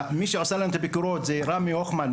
מי שעושה להם את הביקורות הוא רמי הוכמן,